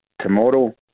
tomorrow